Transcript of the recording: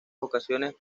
ocasiones